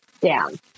down